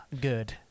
good